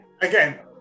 again